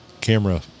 camera